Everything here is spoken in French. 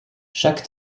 chaque